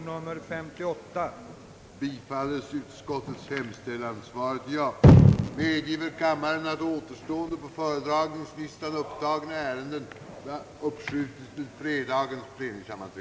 Som tiden nu var långt framskriden beslöt kammaren på förslag av herr talmannen att uppskjuta behandlingen av återstående på föredragningslistan upptagna ärenden till kammarens samman